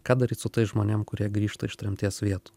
ką daryt su tais žmonėm kurie grįžta iš tremties vietų